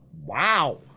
wow